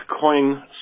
coin